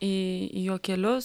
į juokelius